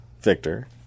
Victor